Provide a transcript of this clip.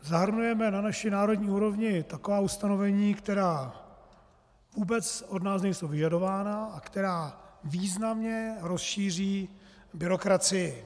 Zahrnujeme na naší národní úrovni taková ustanovení, která vůbec od nás nejsou vyžadována a která významně rozšíří byrokracii.